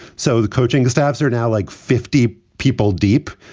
so the coaching staffs are now like fifty people deep.